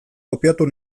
kopiatu